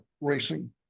racing